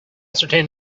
ascertain